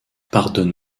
pardonne